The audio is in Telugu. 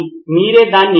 ప్రొఫెసర్ సరే మంచిది